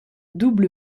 double